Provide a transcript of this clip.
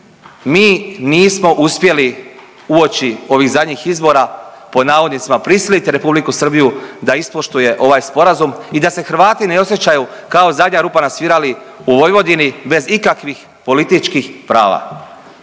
mi nismo uspjeli uoči ovih zadnjih izbora pod navodnicima prisiliti Republiku Srbiju da ispoštuje ovaj sporazum i da se Hrvati ne osjećaju kao zadnja rupa na svirali u Vojvodini bez ikakvih političkih prava